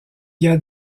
via